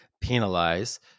penalize